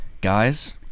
guys